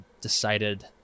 decided